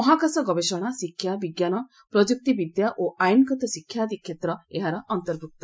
ମହାକାଶ ଗବେଷଣା ଶିକ୍ଷା ବିଜ୍ଞାନ ପ୍ରଯୁକ୍ତିବିଦ୍ୟା ଓ ଆଇନଗତ ଶିକ୍ଷା ଆଦି କ୍ଷେତ୍ର ଏହାର ଅନ୍ତର୍ଭ୍ୟକ୍ତ